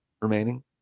remaining